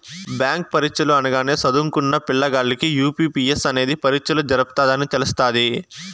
bank పరీచ్చలు అనగానే సదుంకున్న పిల్లగాల్లకి ఐ.బి.పి.ఎస్ అనేది పరీచ్చలు జరపతదని తెలస్తాది